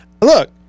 look